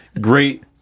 Great